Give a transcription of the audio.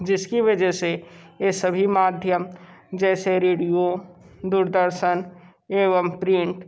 जिसकी वजह से ये सभी माध्यम जैसे रेडियो दूरदर्शन एवं प्रिंट